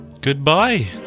Goodbye